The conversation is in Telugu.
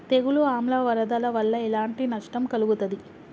తెగులు ఆమ్ల వరదల వల్ల ఎలాంటి నష్టం కలుగుతది?